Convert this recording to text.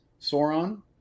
Sauron